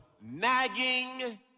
nagging